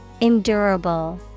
Endurable